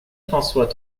françois